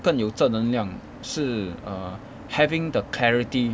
更有正能量是 err having the clarity